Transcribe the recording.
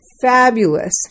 fabulous